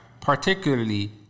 particularly